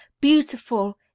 beautiful